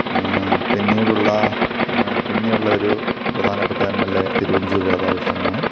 പിന്നീടുള്ള പിന്നെയുള്ളൊരു പ്രധാനപ്പെട്ട എം എൽ എ തിരുവഞ്ചൂർ രാധാകൃഷ്ണനാണ്